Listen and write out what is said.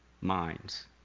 minds